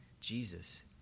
Jesus